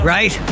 Right